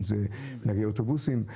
אם זה נהגי אוטובוסים.